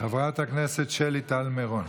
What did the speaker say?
חברת הכנסת שלי טל מירון,